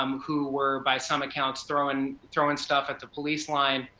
who were, by some accounts throwing throwing stuff at the police line,